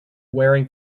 wearing